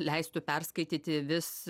leistų perskaityti vis